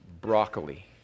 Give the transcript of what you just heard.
broccoli